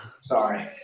Sorry